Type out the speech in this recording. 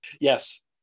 Yes